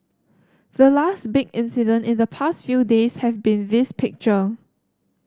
the last big incident in the past few days have been this picture